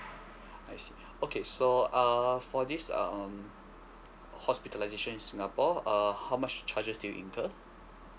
I see okay so uh for this um hospitalisation in singapore err how much charges do you incur